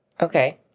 Okay